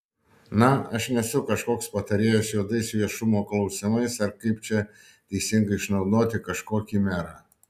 na aš nesu kažkoks patarėjas juodais viešumo klausimais ar kaip čia teisingai išnaudoti kažkokį merą